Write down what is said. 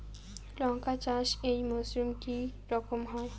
লঙ্কা চাষ এই মরসুমে কি রকম হয়?